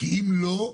כי אם לא,